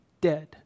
dead